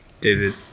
david